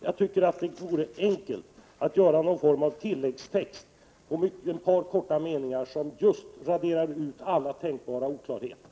Jag tycker att det vore enkelt att åstadkomma någon form av tilläggstext på ett par korta meningar som raderar ut alla tänkbara oklarheter.